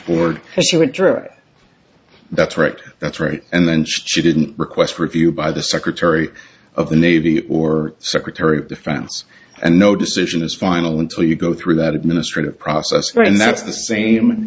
board that's right that's right and then she didn't request review by the secretary of the navy or secretary of defense and no decision is final until you go through that administrative process for and that's the same